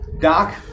Doc